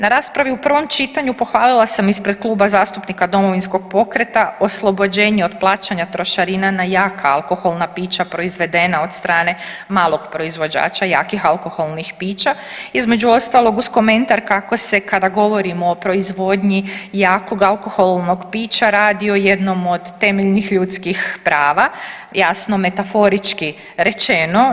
Na raspravi u prvom čitanju pohvalila sam ispred Kluba zastupnika Domovinskog pokreta oslobođenje od plaćanja trošarina na jaka alkoholna pića proizvedena od strane malog proizvođača jakih alkoholnih pića između ostalog uz komentar kako se kada govorimo o proizvodnji jakog alkoholnog pića radi o jednom od temeljnih ljudskih prava jasno metaforički rečeno.